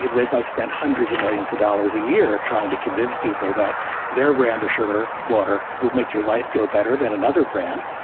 you know by spend hundreds of millions of dollars a year trying to convince people that their brand or sugar water will make your life go better than another brand.